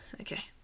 Okay